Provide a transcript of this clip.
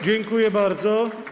Dziękuję bardzo.